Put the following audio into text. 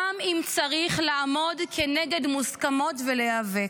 גם אם צריך לעמוד כנגד מוסכמות ולהיאבק.